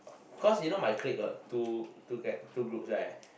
cause you know my clique got two two guy two groups right